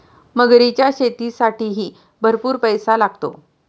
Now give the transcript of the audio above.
मगरीच्या शेतीसाठीही भरपूर पैसा लागतो